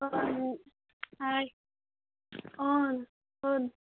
hi